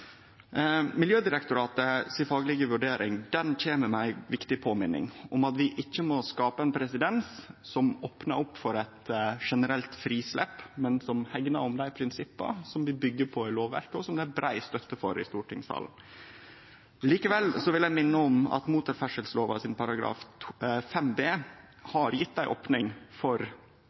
Miljødirektoratet si faglege vurdering kjem med ei viktig påminning om at vi ikkje må skape ein presedens som opnar opp for eit generelt frislepp, men som hegnar om dei prinsippa som vi byggjer på i lovverket, og som det er brei støtte for i stortingssalen. Likevel vil ein minne om at motorferdsellova § 5 b har gjeve ei opning for